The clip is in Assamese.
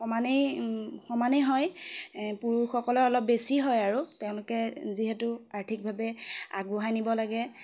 সমানেই সমানেই হয় এ পুৰুষসকলে অলপ বেছি হয় আৰু তেওঁলোকে যিহেতু আৰ্থিকভাৱে আগবঢ়াই নিব লাগে